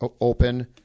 open